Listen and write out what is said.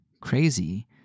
crazy